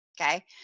Okay